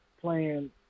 playing